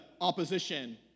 opposition